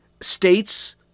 states